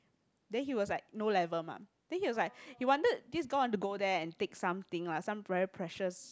then he was like no level mark then he was like he wanted this god want to go there and take something lah some very precious